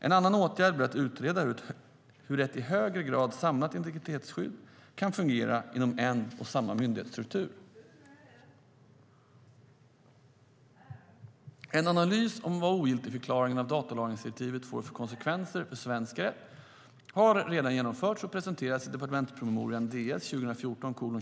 En annan åtgärd blir att utreda hur ett i högre grad samlat integritetsskydd kan fungera inom en och samma myndighetsstruktur. En analys av vad ogiltigförklaringen av datalagringsdirektivet får för konsekvenser för svensk rätt har redan genomförts och presenterats i en departementspromemoria .